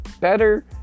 better